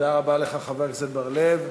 תודה רבה לך, חבר הכנסת בר-לב.